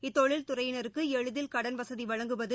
இத்தொழில் துறையினருக்கு எளிதில் கடன் வசதி வழங்குவது